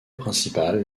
principal